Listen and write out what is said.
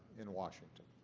in washington.